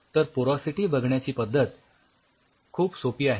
तर पोरॉसिटी बघण्याची पद्धत खूप सोपी आहे